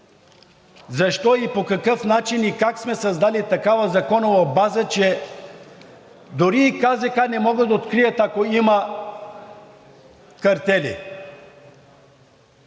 защо, по какъв начин и как сме създали такава законова база, че дори и КЗК не могат да открият, ако има картели.